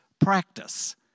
practice